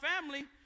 family